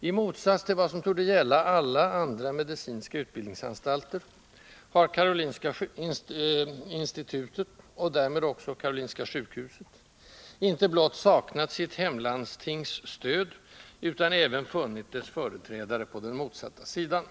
I motsats till vad som torde gälla alla andra medicinska utbildningsanstalter har Karolinska institutet, och därmed även Karolinska sjukhuset, inte blott saknat sitt hemlandstings stöd utan även funnit dess företrädare på den motsatta sidan.